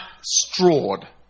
strawed